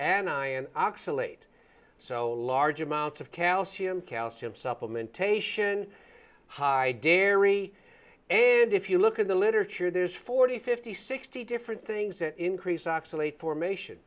and i and oxalate so large amount of calcium calcium supplementation high dairy and if you look at the literature there's forty fifty sixty different things that increase oxalate formation